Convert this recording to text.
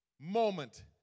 moment